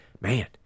man